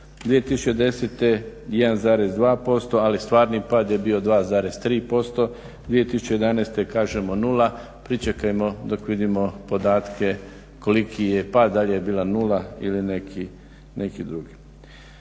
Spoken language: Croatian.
2010. 1,2% ali stvarni pad je bio 2,3%. 2011. kažemo nula. Pričekajmo dok vidimo podatke koliki je pad, da li je bila nula ili neki drugi.